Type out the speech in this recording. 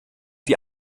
die